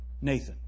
Nathan